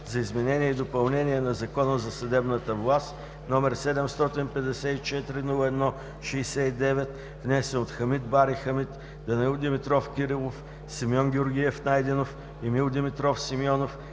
за изменение и допълнение на Закона за съдебната власт, № 754-01-69, внесен от Хамид Бари Хамид, Данаил Димитров Кирилов, Симеон Георгиев Найденов, Емил Димитров Симеонов,